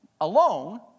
alone